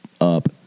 up